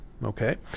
Okay